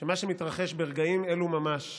שמה שמתרחש ברגעים אלו ממש